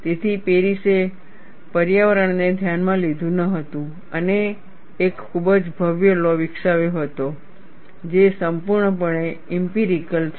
તેથી પેરિસે પર્યાવરણ ને ધ્યાનમાં લીધું ન હતું અને એક ખૂબ જ ભવ્ય લૉ વિકસાવ્યો હતો જે સંપૂર્ણપણે ઇમ્પિરિકલ છે